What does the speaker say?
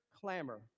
clamor